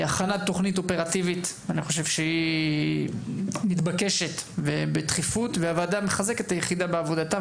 הכנת תכנית אופרטיבית מתבקשת בדחיפות והוועדה מחזקת את היחידה בעבודה.